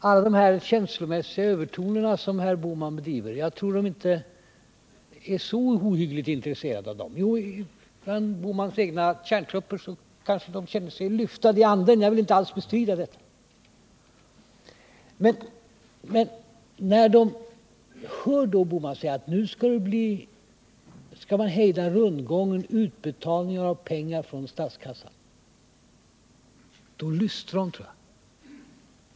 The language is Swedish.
Alla de känslomässiga övertoner som herr Bohman tar till tror jag inte att medborgarna är så ohyggligt intresserade av. Jo, kanske man känner sig upplyft av dem bland herr Bohmans egna kärntrupper; jag vill inte alls bestrida det. Men när medborgarna hör herr Bohman säga att man skall hejda rundgången — utbetalningen av pengar från statskassan — så tror jag att de lyssnar.